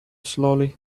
slowly